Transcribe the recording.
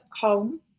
home